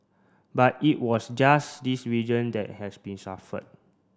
but it was just this region that has been suffered